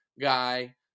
guy